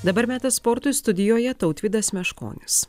dabar metas sportui studijoje tautvydas meškonis